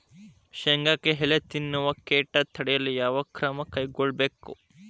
ಶೇಂಗಾಕ್ಕೆ ಎಲೆ ತಿನ್ನುವ ಕೇಟ ತಡೆಯಲು ಯಾವ ಕ್ರಮ ಕೈಗೊಳ್ಳಬೇಕು?